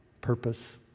purpose